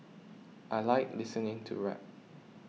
I like listening to rap